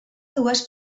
dues